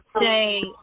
say